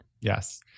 Yes